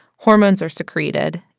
hormones are secreted,